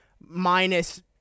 minus